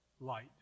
light